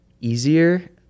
easier